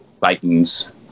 Vikings